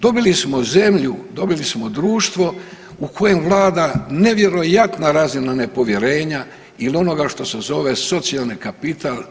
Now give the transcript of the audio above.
Dobili smo zemlju, dobili smo društvo u kojem vlada nevjerojatna razina nepovjerenja ili onoga što se zove socijalni kapital.